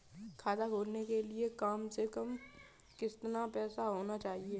खाता खोलने के लिए कम से कम कितना पैसा होना चाहिए?